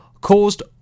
caused